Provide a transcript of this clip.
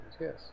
yes